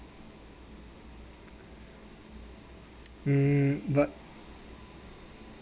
um but